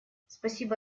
спасибо